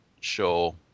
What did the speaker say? show